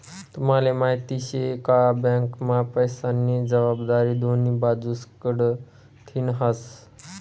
तुम्हले माहिती शे का? बँकना पैसास्नी जबाबदारी दोन्ही बाजूस कडथीन हास